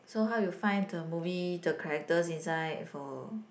so how you find the movie the characters inside for